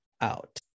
out